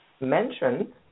mentioned